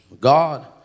God